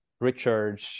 Richard